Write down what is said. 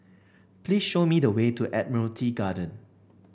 please show me the way to Admiralty Garden